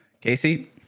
Casey